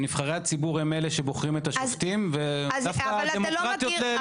שנבחרי הציבור הם אלה שבוחרים את השופטים ודווקא הן דמוקרטיות לתפארת.